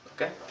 Okay